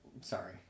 sorry